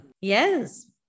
Yes